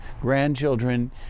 grandchildren